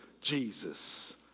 Jesus